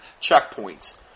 Checkpoints